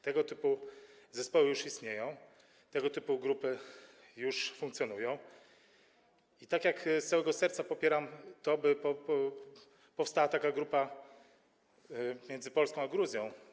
Tego typu zespoły już istnieją, tego typu grupy już funkcjonują i z całego serca popieram to, by powstała taka grupa między Polską a Gruzją.